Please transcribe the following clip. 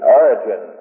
origin